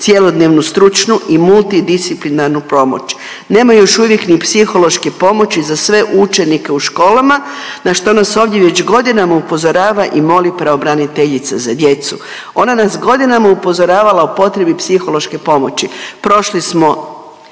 cjelodnevnu stručnu i multidisciplinarnu pomoć. Nema još uvijek ni psihološke pomoći za sve učenike u školama na što nas ovdje već godina upozorava i moli pravobraniteljica za djecu. Ona nas godinama upozoravala o potrebi psihološke pomoći. Prošli smo